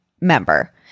member